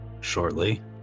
shortly